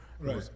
Right